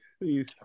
please